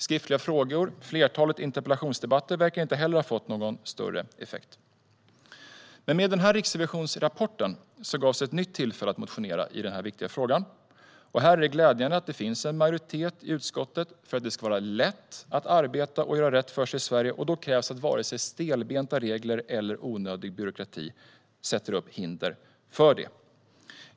Skriftliga frågor och ett flertal interpellationsdebatter verkar inte heller ha fått någon större effekt. Med den här riksrevisionsrapporten gavs ett nytt tillfälle att motionera i denna viktiga fråga. Det är glädjande att det finns en majoritet i utskottet för att det ska vara lätt att arbeta och göra rätt för sig i Sverige. Då krävs att varken stelbenta regler eller onödig byråkrati sätter hinder för det.